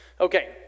Okay